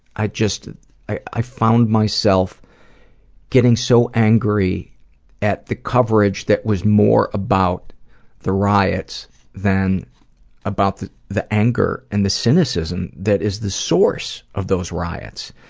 i just i found myself getting so angry at the coverage that was more about the riots than about the the anger and the cynicism that is the source of those riots.